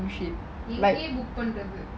எங்க:enga book பண்றது:panrathu